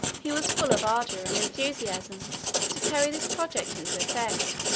he was full of ardor and enthusiasm to carry this project into effect.